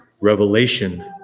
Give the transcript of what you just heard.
revelation